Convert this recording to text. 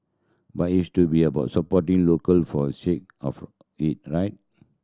but to be about supporting local for of it right